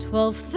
Twelve